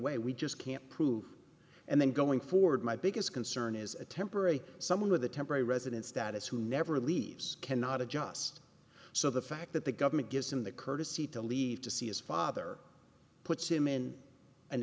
way we just can't prove and then going forward my biggest concern is a temporary someone with a temporary resident status who never leaves cannot adjust so the fact that the government gives them the courtesy to leave to see his father puts him in an